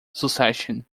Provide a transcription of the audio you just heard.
succession